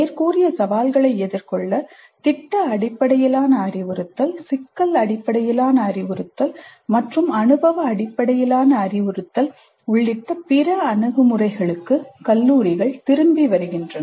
மேற்கூறிய சவால்களை எதிர்கொள்ள திட்ட அடிப்படையிலான அறிவுறுத்தல் சிக்கல் அடிப்படையிலான அறிவுறுத்தல் மற்றும் அனுபவ அடிப்படையிலான அறிவுறுத்தல் உள்ளிட்ட பிற அணுகுமுறைகளுக்கு கல்லூரிகள் திரும்பி வருகின்றன